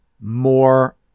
more